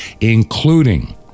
including